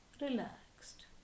Relaxed